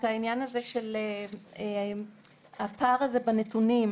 את העניין של הפער בנתונים,